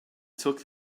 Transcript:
took